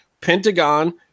Pentagon